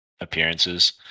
appearances